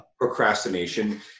procrastination